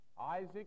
Isaac